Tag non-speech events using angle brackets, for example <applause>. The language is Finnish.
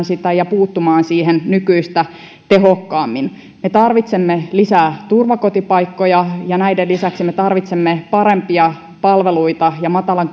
<unintelligible> sitä ja puuttua siihen nykyistä tehokkaammin me tarvitsemme lisää turvakotipaikkoja ja näiden lisäksi me tarvitsemme parempia palveluita ja matalan <unintelligible>